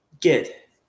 get